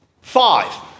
five